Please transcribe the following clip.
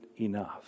enough